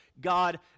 God